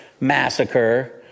massacre